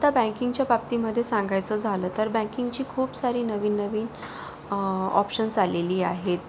आता बँकिंगच्या बाबतीमध्ये सांगायचं झालं तर बँकिंगची खूप सारी नवीन नवीन ऑप्शन्स आलेली आहेत